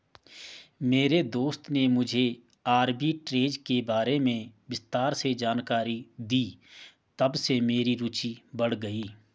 मेरे दोस्त ने मुझे आरबी ट्रेज़ के बारे में विस्तार से जानकारी दी तबसे मेरी रूचि बढ़ गयी